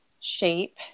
shape